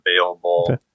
available